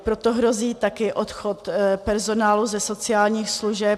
Proto hrozí také odchod personálu ze sociálních služeb.